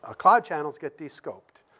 ah cloud channels get de-scoped.